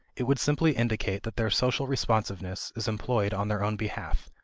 it would simply indicate that their social responsiveness is employed on their own behalf,